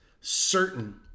certain